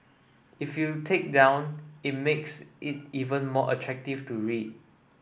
if you take down it makes it even more attractive to read